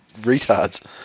retards